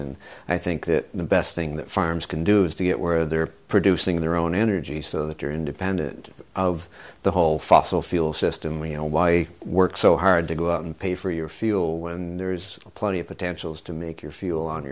and i think that the best thing that farmers can do is to get where they're producing their own energy so that they're independent of the whole fossil fuel system we know why work so hard to go and pay for your fuel when there is plenty of potentials to make your fuel on